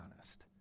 honest